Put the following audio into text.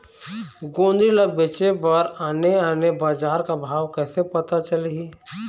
गोंदली ला बेचे बर आने आने बजार का भाव कइसे पता चलही?